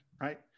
Right